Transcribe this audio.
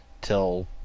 till